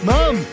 Mom